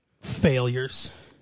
failures